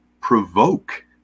provoke